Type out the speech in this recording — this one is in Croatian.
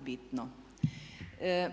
bitno.